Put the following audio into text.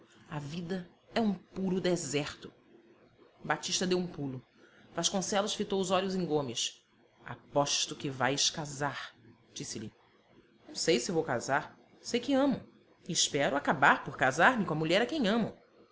a vida é um puro deserto batista deu um pulo vasconcelos fitou os olhos em gomes aposto que vais casar disse-lhe não sei se vou casar sei que amo e espero acabar por casar-me com a mulher a quem amo